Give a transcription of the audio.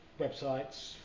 websites